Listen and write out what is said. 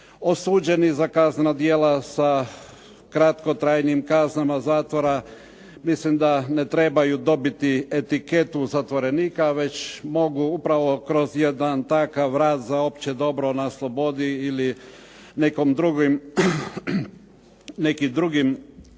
osuđeni za kaznena djela sa kratkotrajnim kaznama zatvora, mislim da ne trebaju dobiti etiketu zatvorenika, već mogu upravo kroz jedan takav rad za opće dobro na slobodi ili nekim drugim